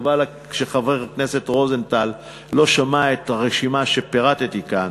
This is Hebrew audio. וחבל שחבר הכנסת רוזנטל לא שמע את הרשימה שפירטתי כאן,